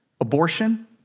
Abortion